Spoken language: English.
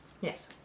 Yes